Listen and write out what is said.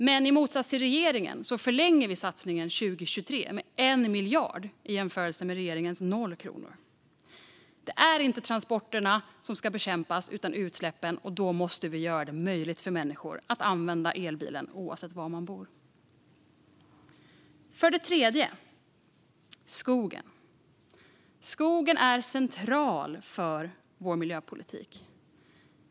Men i motsats till regeringen förlänger vi satsningen 2023 med 1 miljard i jämförelse med regeringens 0 kronor. Det är inte transporterna som ska bekämpas utan utsläppen, och då måste vi göra det möjligt för människor att använda elbilen oavsett var man bor. För det tredje: Skogen är central för vår miljöpolitik.